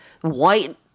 white